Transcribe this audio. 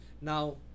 now